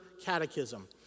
Catechism